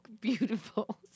beautiful